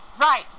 Right